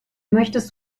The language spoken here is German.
möchtest